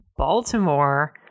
Baltimore